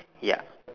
ya